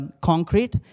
concrete